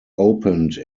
opened